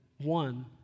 one